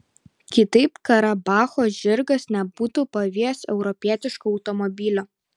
kitaip karabacho žirgas nebūtų pavijęs europietiško automobilio